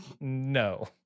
No